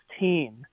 2016